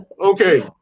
Okay